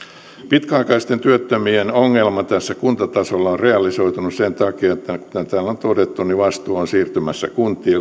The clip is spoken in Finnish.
pitkäaikaistyöttömien ongelma tässä kuntatasolla on realisoitunut sen takia että kuten täällä on todettu vastuu on siirtymässä